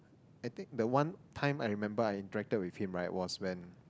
I think the one time I remember I interacted with him right was when